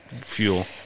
fuel